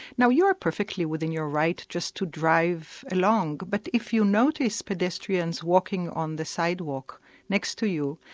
now you're perfectly within your right just to drive along, but if you notice pedestrians walking on the sidewalk next to you,